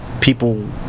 people